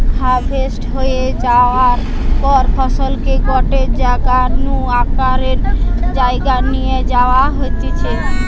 harvest হয়ে যায়ার পর ফসলকে গটে জাগা নু আরেক জায়গায় নিয়ে যাওয়া হতিছে